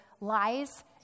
lies